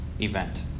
event